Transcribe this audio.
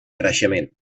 creixement